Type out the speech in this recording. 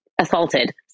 assaulted